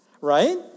Right